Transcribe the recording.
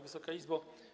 Wysoka Izbo!